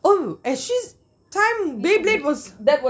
oh ashies' time beyblade was